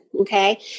okay